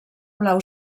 blau